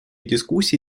дискуссии